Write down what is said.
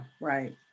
right